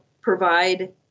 provide